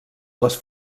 les